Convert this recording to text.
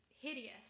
hideous